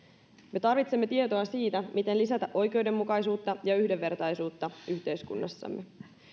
me tarvitsemme tietoa siitä miten lisätä oikeudenmukaisuutta ja yhdenvertaisuutta yhteiskunnassamme